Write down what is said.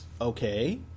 okay